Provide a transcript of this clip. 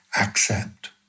accept